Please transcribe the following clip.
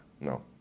No